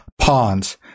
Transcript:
pawns